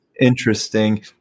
interesting